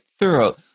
thorough